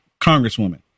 congresswoman